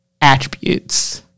attributes